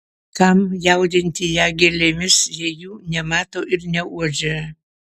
kam jaudinti ją gėlėmis jei jų nemato ir neuodžia